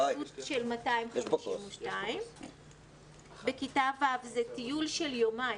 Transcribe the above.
בעלות של 252. בכיתה ו' זה טיול של יומיים.